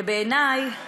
ובעיני,